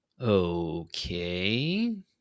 Okay